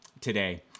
today